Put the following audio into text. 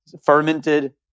fermented